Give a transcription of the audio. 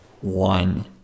one